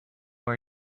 are